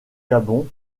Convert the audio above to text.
gabon